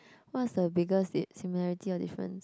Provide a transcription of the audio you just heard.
what is the biggest date similarity or difference